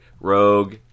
Rogue